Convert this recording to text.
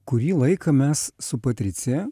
kurį laiką mes su patricijad